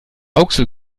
rauxel